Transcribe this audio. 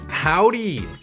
Howdy